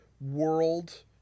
world –